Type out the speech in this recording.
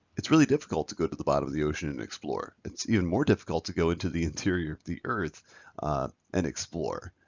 it's really difficult to go to the bottom of the ocean and explore. it's even more difficult to go into the interior of the earth and explore.